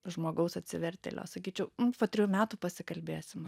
žmogaus atsivertėlio sakyčiau po trijų metų pasikalbėsim